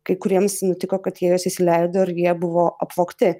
kai kuriems nutiko kad jie juos įsileido ir jie buvo apvogti